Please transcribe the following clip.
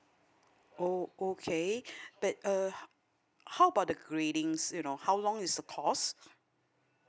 oh okay but uh how about the gradings you know how long is the course